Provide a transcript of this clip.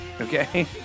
okay